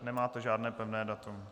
Nemáte žádné pevné datum...